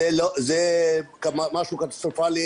זה משהו קטסטרופאלי,